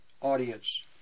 audience